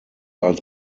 als